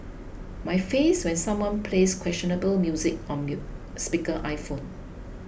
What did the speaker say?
my face when someone plays questionable music on mute speaker iPhone